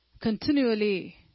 continually